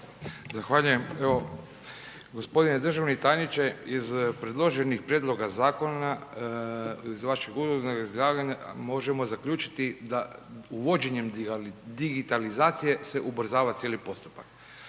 Zahvaljujem. Evo g. državni tajniče iz predloženih prijedloga zakona, iz vašeg uvodnog izlaganja možemo zaključiti da uvođenjem digitalizacije se ubrzava cijeli postupak.